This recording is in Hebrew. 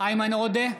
איימן עודה,